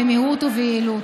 במהירות וביעילות.